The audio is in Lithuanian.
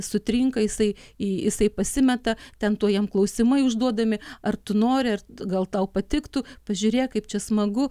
sutrinka jisai jisai pasimeta ten tuoj jam klausimai užduodami ar tu nori ar gal tau patiktų pažiūrėk kaip čia smagu